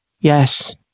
Yes